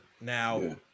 now